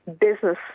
business